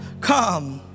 come